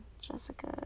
Jessica